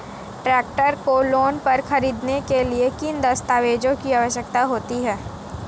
Tractor को loan पर खरीदने के लिए किन दस्तावेज़ों की आवश्यकता होती है?